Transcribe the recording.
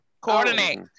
Coordinate